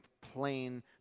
plain